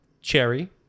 cherry